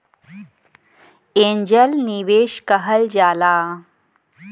angel निवेस कहल जाला